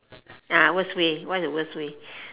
worst way what is the worst way